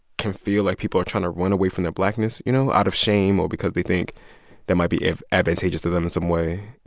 can feel like people are trying to run away from their blackness, you know, out of shame or because they think that might be advantageous advantageous to them in some way.